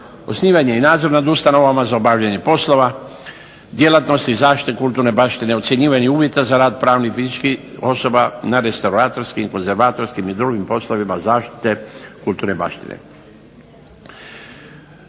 osnivanje i nadzor nad ustanovama za obavljanje poslova, djelatnosti zaštite kulturne baštine, ocjenjivanje uvjeta za rad pravnih i fizičkih osoba na restauratorskim, konzervatorskim i drugim poslovima zaštite kulturne baštine.